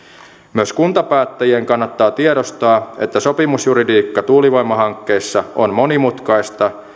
myös kuntapäättäjien kannattaa tiedostaa että sopimusjuridiikka tuulivoimahankkeissa on monimutkaista